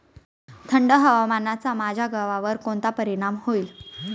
थंड हवामानाचा माझ्या गव्हावर कोणता परिणाम होईल?